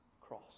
cross